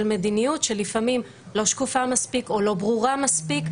מדיניות שלפעמים לא שקופה מספיק או לא ברורה מספיק,